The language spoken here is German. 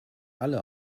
alle